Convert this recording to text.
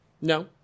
No